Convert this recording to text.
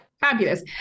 Fabulous